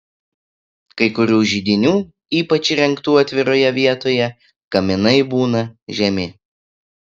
kai kurių židinių ypač įrengtų atviroje vietoje kaminai būna žemi